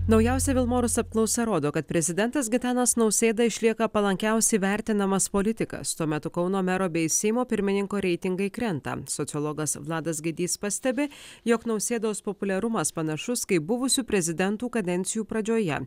naujausia vilmorus apklausa rodo kad prezidentas gitanas nausėda išlieka palankiausiai vertinamas politikas tuo metu kauno mero bei seimo pirmininko reitingai krenta sociologas vladas gaidys pastebi jog nausėdos populiarumas panašus kaip buvusių prezidentų kadencijų pradžioje